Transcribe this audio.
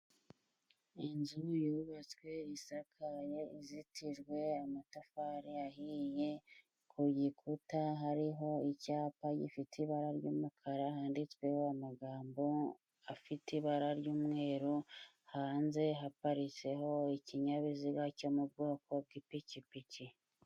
Inzu yubatswe, isakaye, izitijwe amatafari ahiye, ku gikuta hariho icyapa gifite ibara ry'umukara handitsweho amagambo afite ibara ry'umweru, hanze haparitseho ikinyabiziga cyo mu bwoko bw'ipikipiki.